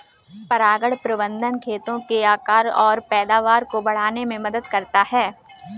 परागण प्रबंधन खेतों के आकार और पैदावार को बढ़ाने में मदद करता है